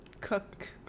cook